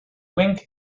wink